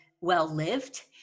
well-lived